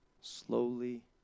slowly